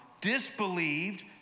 disbelieved